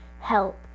help